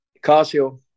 Casio